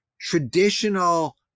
traditional